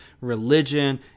religion